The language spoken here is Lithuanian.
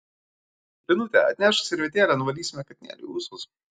linute atnešk servetėlę nuvalysime katinėliui ūsus